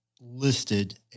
listed